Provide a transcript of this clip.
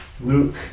Luke